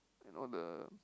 you know the